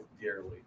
dearly